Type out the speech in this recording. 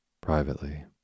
Privately